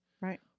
right